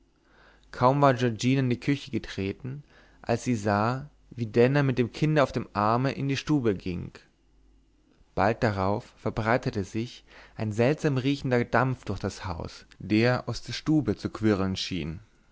kaum war giorgina in die küche getreten als sie sah wie denner mit dem kinde auf dem arm in die stube ging bald darauf verbreitete sich ein seltsam riechender dampf durch das haus der aus der stube zu quirlen schien